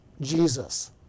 Jesus